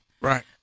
Right